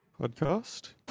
podcast